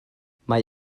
mae